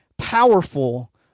powerful